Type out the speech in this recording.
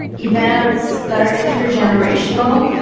events that are intergenerational.